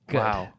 Wow